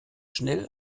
schnell